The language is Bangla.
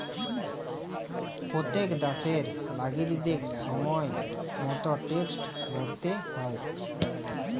প্যত্তেক দ্যাশের লাগরিকদের সময় মত ট্যাক্সট ভ্যরতে হ্যয়